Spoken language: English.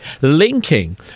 linking